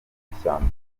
amashyamba